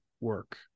work